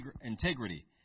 integrity